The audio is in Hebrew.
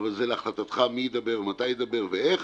אבל זה להחלטתך מי ידבר, מתי ידבר ואיך.